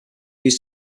used